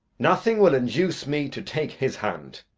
nothing will induce me to take his hand.